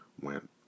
went